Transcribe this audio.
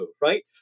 right